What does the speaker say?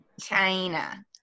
China